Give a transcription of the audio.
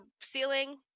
ceiling